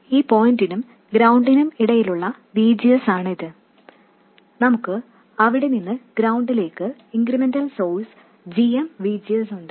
ഈ പോയിന്റിനും ഗ്രൌണ്ടിനും ഇടയിലുള്ള VGS ആണ് ഇത് നമുക്ക് അവിടെ നിന്ന് ഗ്രൌണ്ടിലേക്ക് incremental source g m VGS ഉണ്ട്